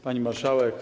Pani Marszałek!